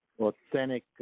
authentic